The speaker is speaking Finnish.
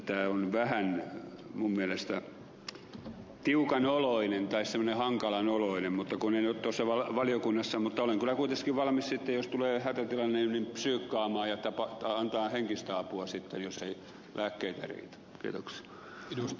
tämä on minun mielestäni vähän tiukan oloinen tai semmoinen hankalan oloinen mutta kun en ole tuossa valiokunnassa mutta olen kyllä kuiteskin valmis jos tulee hätätilanne psyykkaamaan ja antamaan henkistä apua sitten jos ei lääkkeitä riitä